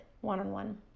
one-on-one